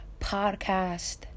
podcast